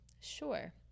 Sure